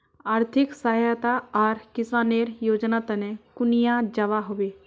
आर्थिक सहायता आर किसानेर योजना तने कुनियाँ जबा होबे?